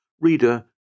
Reader